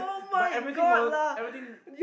but everything was everthing